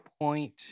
point